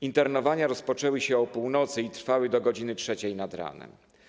Internowania rozpoczęły się o północy i trwały do godz. 3 nad ranem.